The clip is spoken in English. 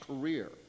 career